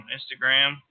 Instagram